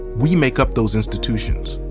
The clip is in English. we make up those institutions.